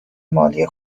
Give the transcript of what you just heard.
مالی